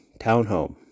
townhome